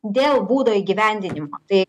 dėl būdo įgyvendinimo tai